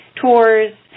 tours